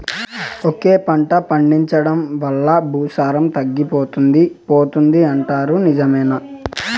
ఒకే పంట పండించడం వల్ల భూసారం తగ్గిపోతుంది పోతుంది అంటారు నిజమేనా